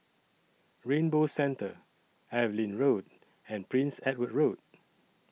Rainbow Centre Evelyn Road and Prince Edward Road